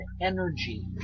energy